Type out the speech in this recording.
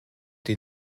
die